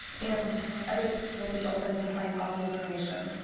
and every will be open to find all the information.